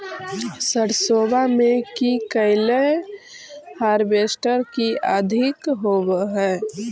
सरसोबा मे की कैलो हारबेसटर की अधिक होब है?